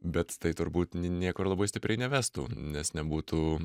bet tai turbūt niekur labai stipriai nevestų nes nebūtų